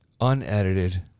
unedited